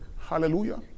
Hallelujah